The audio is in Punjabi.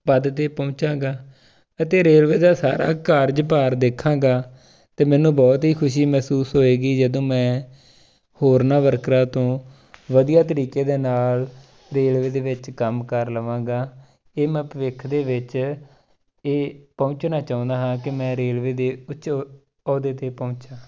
ਪਦ 'ਤੇ ਪਹੁੰਚਾਂਗਾ ਅਤੇ ਰੇਲਵੇ ਦਾ ਸਾਰਾ ਕਾਰਜ ਭਾਰ ਦੇਖਾਂਗਾ ਅਤੇ ਮੈਨੂੰ ਬਹੁਤ ਹੀ ਖੁਸ਼ੀ ਮਹਿਸੂਸ ਹੋਏਗੀ ਜਦੋਂ ਮੈਂ ਹੋਰਨਾਂ ਵਰਕਰਾਂ ਤੋਂ ਵਧੀਆ ਤਰੀਕੇ ਦੇ ਨਾਲ ਰੇਲਵੇ ਦੇ ਵਿੱਚ ਕੰਮ ਕਰ ਲਵਾਂਗਾ ਇਹ ਮੈਂ ਭਵਿੱਖ ਦੇ ਵਿੱਚ ਇਹ ਪਹੁੰਚਣਾ ਚਾਹੁੰਦਾ ਹਾਂ ਕਿ ਮੈਂ ਰੇਲਵੇ ਦੇ ਉੱਚ ਅਹੁਦੇ 'ਤੇ ਪਹੁੰਚਾ